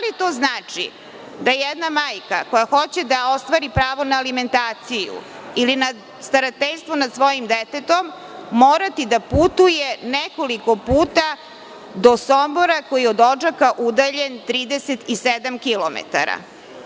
Da li to znači da će jedna majka koja hoće da ostvari pravo na alimentaciju ili na starateljstvo nad svojim detetom, morati da putuje nekoliko puta do Sombora, koji je od Odžaka udaljen 37 kilometara